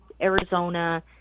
Arizona